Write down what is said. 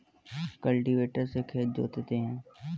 cultivator से खेत जोतते हैं